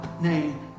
name